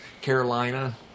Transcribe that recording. Carolina